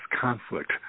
conflict